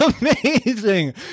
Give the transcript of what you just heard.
Amazing